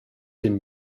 dem